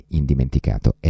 indimenticato